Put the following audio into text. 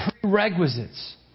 prerequisites